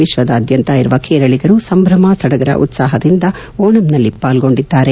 ವಿಶ್ವದಾದ್ಯಂತ ಇರುವ ಕೇರಳಿಗರು ಸಂಭ್ರಮ ಸದಗರ ಉತ್ಪಾಹದಿಂದ ಓಣಂನಲ್ಲಿ ಪಾಲ್ಲೊಂಡಿದ್ಲಾರೆ